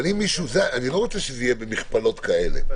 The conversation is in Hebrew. אבל אני לא רוצה שזה יהיה במכפלות כאלה,